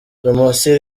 promotion